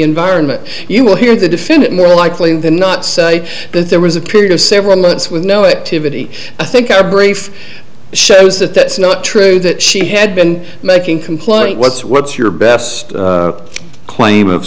environment you will hear the defendant more likely than not say that there was a period of several months with no it to vittie i think i briefed shows that that's not true that she had been making complaint what's what's your best claim of